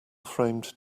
framed